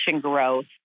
growth